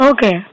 Okay